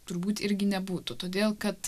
turbūt irgi nebūtų todėl kad